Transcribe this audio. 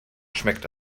schmeckt